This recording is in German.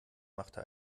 machte